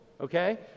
Okay